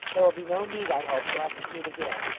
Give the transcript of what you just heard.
there will be no need, i hope, for us to meet again